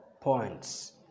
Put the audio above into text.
points